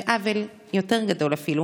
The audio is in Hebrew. ועוול אפילו יותר גדול,